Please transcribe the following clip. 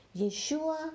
Yeshua